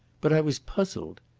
but i was puzzled.